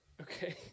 Okay